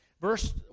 Verse